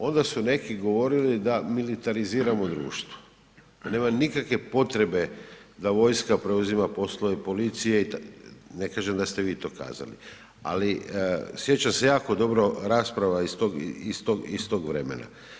Onda su neki govorili da militariziramo društvo da nema nikakve potrebe da vojska preuzima poslove policije, ne kažem da ste vi to kazali ali sjećam se jako dobro rasprava iz tog vremena.